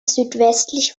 südwestlich